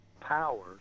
power